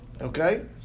okay